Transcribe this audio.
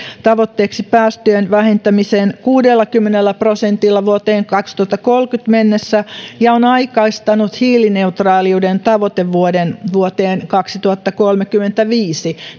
tavoitteeksi päästöjen vähentämisen kuudellakymmenellä prosentilla vuoteen kaksituhattakolmekymmentä mennessä ja on aikaistanut hiilineutraaliuden tavoitevuoden vuoteen kaksituhattakolmekymmentäviisi